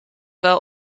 wel